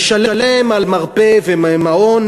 נשלם על מרפא ועל מעון.